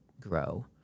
grow